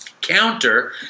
counter